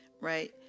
right